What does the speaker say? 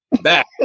back